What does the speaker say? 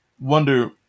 wonder